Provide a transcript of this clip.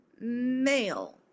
male